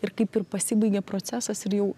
ir kaip ir pasibaigė procesas ir jau